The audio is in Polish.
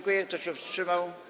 Kto się wstrzymał?